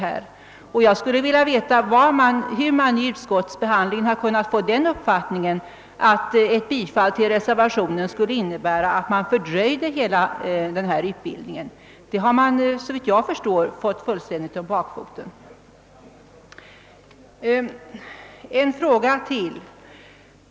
Jag skulle vilja veta, hur man vid ärendets behandling i utskottet har kunnat få den uppfattningen, att ett bifall till reservationen skulle innebära att hela denna utbildning skulle komma att fördröjas. Detta har man såvitt jag förstår fått fullständigt om bakfoten. En fråga till!